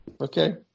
Okay